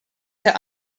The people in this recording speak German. der